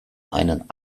einen